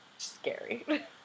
scary